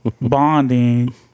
bonding